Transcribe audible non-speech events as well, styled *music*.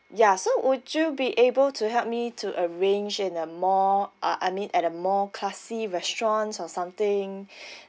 ya so would you be able to help me to arrange in a more uh I mean at a more classy restaurants or something *breath*